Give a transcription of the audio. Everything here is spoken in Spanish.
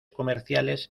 comerciales